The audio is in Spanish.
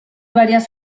varias